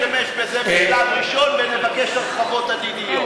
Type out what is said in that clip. נשתמש בזה בשלב ראשון ונבקש הרחבות עתידיות.